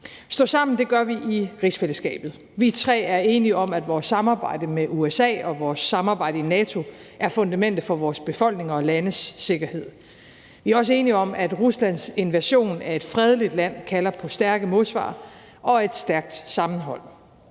Stå sammen gør vi i rigsfællesskabet. Vi tre er enige om, at vores samarbejde med USA og vores samarbejde i NATO er fundamentet for vores befolkninger og landes sikkerhed. Vi er også enige om, at Ruslands invasion af et fredeligt land kalder på stærke modsvar og et stærkt sammenhold.